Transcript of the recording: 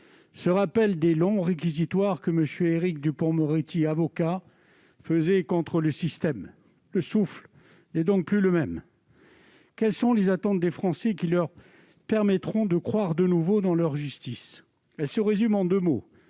se souvienne des longs réquisitoires que M. Éric Dupond-Moretti avocat dressait contre le système. Le souffle n'est plus le même ! Quelles sont les attentes des Français qui leur permettront de croire de nouveau dans leur justice ? Elles se résument en deux mots